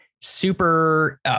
super